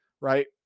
right